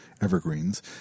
evergreens